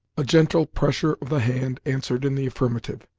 a gentle pressure of the hand answered in the affirmative.